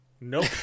Nope